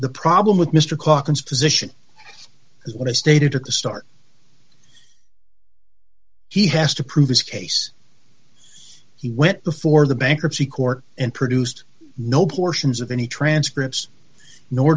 the problem with mr caucus position is what i stated at the start he has to prove his case he went before the bankruptcy court and produced no portions of any transcripts nor